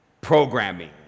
programming